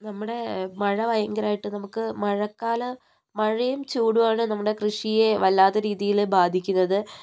നമ്മുടെ മഴ ഭയങ്കരമായിട്ട് നമുക്ക് മഴക്കാല മഴയും ചൂടു ആണ് നമ്മുടെ കൃഷിയെ വല്ലാത്ത രീതിയിൽ ബാധിക്കുന്നത്